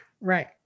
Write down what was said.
Right